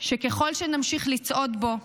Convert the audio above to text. שככל שנמשיך לצעוד בו,